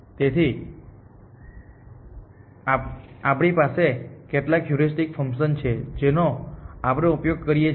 તેથી આપણી પાસે કેટલીક હ્યુરિસ્ટિક ફંકશન છે જેનો આપણે ઉપયોગ કરીએ છીએ